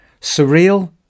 Surreal